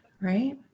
right